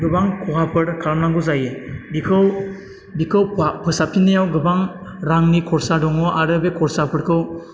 गोबां खहाफोर खालामनांगौ जायो बिखौ बिखौ खहा फोसाब फिन्नायाव गोबां रांनि खरसा दङ आरो बे खरसाफोरखौ